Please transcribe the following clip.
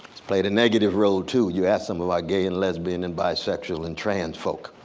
it's played a negative role too, you ask some of our gay and lesbian and bisexual and trans folk.